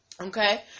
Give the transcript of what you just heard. Okay